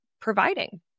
providing